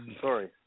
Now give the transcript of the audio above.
Sorry